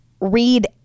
read